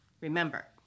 Remember